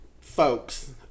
folks